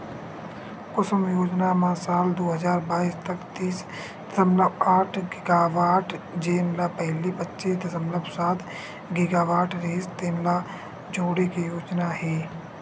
कुसुम योजना म साल दू हजार बाइस तक तीस दसमलव आठ गीगावाट जेन ल पहिली पच्चीस दसमलव सात गीगावाट रिहिस तेन ल जोड़े के योजना हे